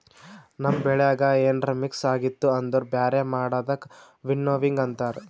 ನಮ್ ಬೆಳ್ಯಾಗ ಏನ್ರ ಮಿಕ್ಸ್ ಆಗಿತ್ತು ಅಂದುರ್ ಬ್ಯಾರೆ ಮಾಡದಕ್ ವಿನ್ನೋವಿಂಗ್ ಅಂತಾರ್